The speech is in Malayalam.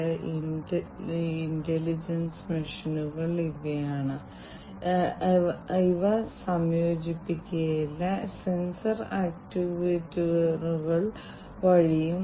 അതിനാൽ വ്യത്യസ്ത വ്യാവസായിക ആപ്ലിക്കേഷനുകൾക്കായി ഇന്റർനെറ്റ് ഓഫ് തിംഗ്സിന്റെ ഉപയോഗത്തെക്കുറിച്ചാണ് ഇൻഡസ്ട്രിയൽ ഐഒടി എന്ന് ഞാൻ തുടക്കത്തിൽ നിങ്ങളോട് പറഞ്ഞിരുന്നു